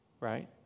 Right